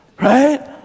Right